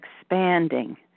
expanding